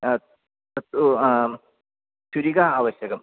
हा अस्तु आं चुरिका आवश्यकम्